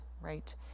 right